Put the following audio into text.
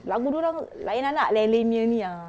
lagu dorang lain anak lain-lainnya ini ah